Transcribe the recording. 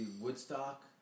Woodstock